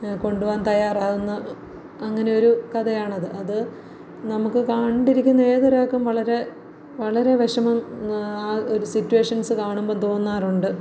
കൊണ്ടോവാൻ തയ്യാറാവുന്ന അങ്ങനൊരു കഥയാണത് അത് നമുക്ക് കണ്ടിരിക്കുന്ന ഏതൊരാൾക്കും വളരെ വളരെ വിഷമം ആ ഒരു സിറ്റുവേഷൻസ്സ് കാണുമ്പം തോന്നാറുണ്ട്